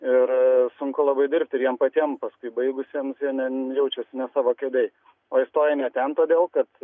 ir sunku labai dirbti ir jiem patiem paskui baigusiem jie ne jaučiasi ne savo kėdėj o įstoja ne ten todėl kad